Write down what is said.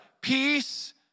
Peace